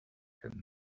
that